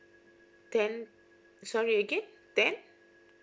ten sorry again ten